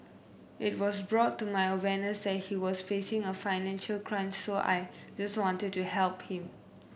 it was brought to my awareness that he was facing a financial crunch so I just wanted to help him